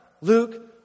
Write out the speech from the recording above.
Luke